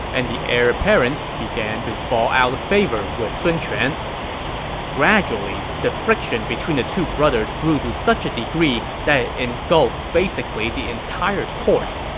and the heir apparent began to fall out of favor with sun quan gradually, the friction between the two brothers grew to such a degree that it engulfed basically the entire court.